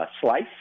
slice